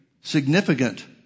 significant